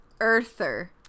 earther